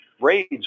raids